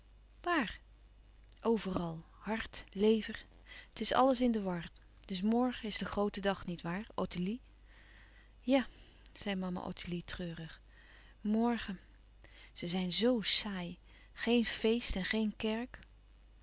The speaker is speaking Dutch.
overal hart lever het is alles in de war dus morgen is de groote dag niet waar ottilie ja zei mama ottilie treurig morgen ze zijn zoo saai geen feest en geen kerk